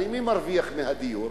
הרי מי מרוויח מהדיור?